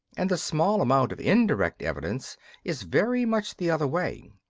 and the small amount of indirect evidence is very much the other way.